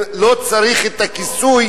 לא צריך את הכיסוי